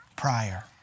Prior